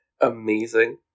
Amazing